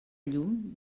llum